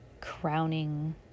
crowning